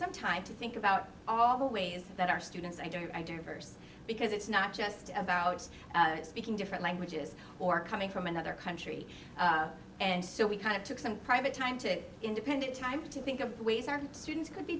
some time to think about all the ways that our students i don't do verse because it's not just about speaking different languages or coming from another country and so we kind of took some private time to independent time to think of ways our students could be